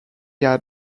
had